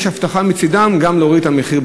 יש הבטחה מצדם גם להוריד את המחיר,